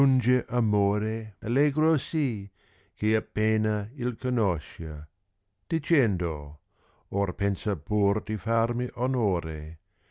amore allegro sì che appena il conoscia dicendo or pensa pur di farmi onore